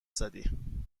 زدی